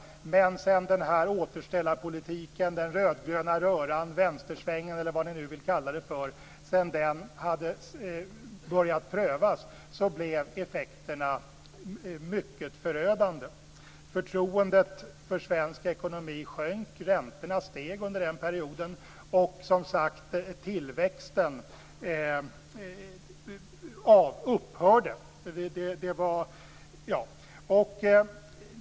Men sedan den här återställarpolitiken - den rödgröna röran, vänstersvängen eller vad ni nu vill kalla det för - hade börjat prövas blev effekterna förödande. Förtroendet för svensk ekonomi sjönk och räntorna steg under den perioden. Tillväxten upphörde, som sagt.